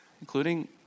including